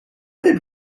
did